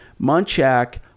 Munchak